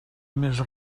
més